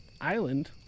island